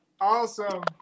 Awesome